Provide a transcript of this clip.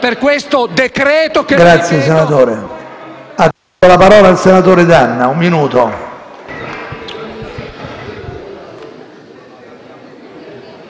Grazie senatore